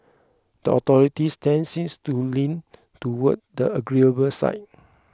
the authorities' stance seems to lean towards the agreeable side